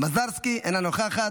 אינה נוכחת,